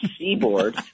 seaboard